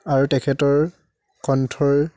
আৰু তেখেতৰ কণ্ঠৰ